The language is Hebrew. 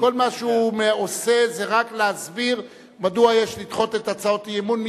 כל מה שהוא עושה זה רק להסביר מדוע יש לדחות את הצעות האי-אמון.